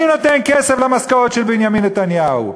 אני נותן כסף למשכורת של בנימין נתניהו,